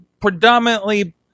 predominantly